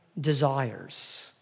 desires